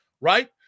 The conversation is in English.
right